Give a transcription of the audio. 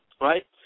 right